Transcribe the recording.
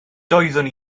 doeddwn